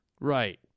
Right